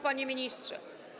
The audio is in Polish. Panie Ministrze!